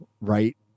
Right